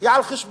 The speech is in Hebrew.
היא על חשבוננו,